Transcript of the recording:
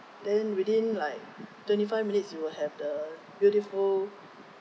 then within like twenty five minutes you will have the beautiful